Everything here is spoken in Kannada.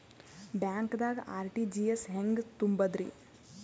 ಬ್ಯಾಂಕ್ದಾಗ ಆರ್.ಟಿ.ಜಿ.ಎಸ್ ಹೆಂಗ್ ತುಂಬಧ್ರಿ?